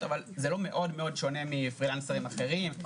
אבל זה לא שונה מאוד מפרילנסרים אחרים,